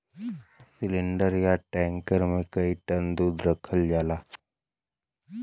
cylinder या tanker मे कई टन दूध रखल जाला